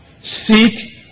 Seek